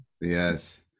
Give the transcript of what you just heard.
Yes